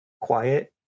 Quiet